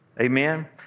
Amen